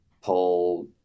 pull